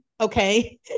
Okay